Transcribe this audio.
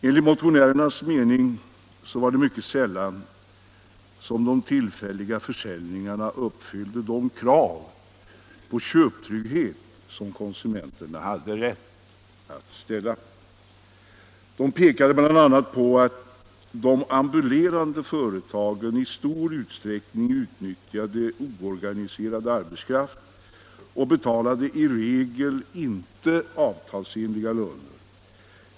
Enligt motionärernas mening var det mycket sällan som de tillfälliga försäljningarna uppfyllde — Lag om tillfällig de krav på köptrygghet som konsumenterna hade rätt att ställa. De pekade — handel bl.a. på att de ambulerande företagen i stor utsträckning utnyttjade oorganiserad arbetskraft och i regel inte betalade avtalsenliga löner.